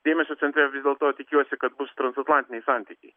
dėmesio centre vis dėlto tikiuosi kad bus transatlantiniai santykiai